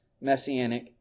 messianic